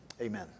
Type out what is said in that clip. Amen